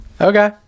Okay